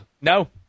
No